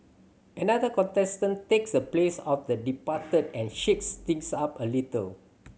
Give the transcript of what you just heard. another contestant takes the place of the departed and shakes things up a little